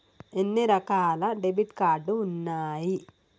ఎన్ని రకాల debit card ఉన్నాయి?